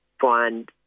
find